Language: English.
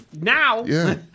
now